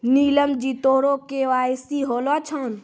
नीलम जी तोरो के.वाई.सी होलो छौं?